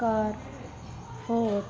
comfort